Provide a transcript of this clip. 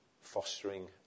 fostering